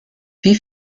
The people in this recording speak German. wie